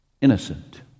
Innocent